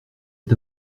est